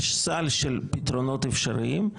יש סל של פתרונות אפשריים,